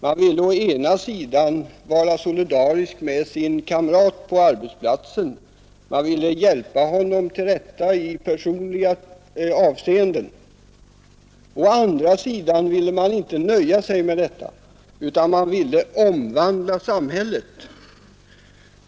Man ville å ena sidan vara solidarisk med sin kamrat på arbetsplatsen, man ville hjälpa honom till rätta i personliga avseenden. Å andra sidan ville man inte nöja sig med detta, utan man ville omvandla samhället.